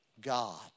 God